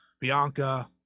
bianca